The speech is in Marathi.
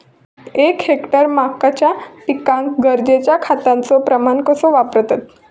एक हेक्टर मक्याच्या पिकांका गरजेच्या खतांचो प्रमाण कसो वापरतत?